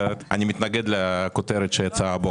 אני מתנגד לכותרת שיצאה הבוקר.